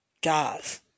Guys